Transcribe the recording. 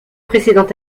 précédent